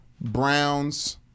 Browns